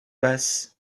passe